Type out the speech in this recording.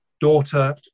Daughter